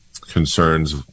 concerns